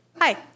Hi